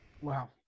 Wow